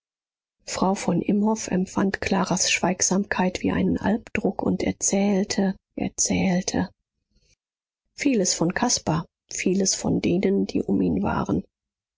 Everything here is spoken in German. frau von imhoff empfand claras schweigsamkeit wie einen alpdruck und erzählte erzählte vieles von caspar vieles von denen die um ihn waren